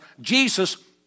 Jesus